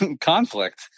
conflict